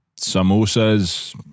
samosas